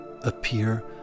appear